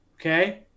Okay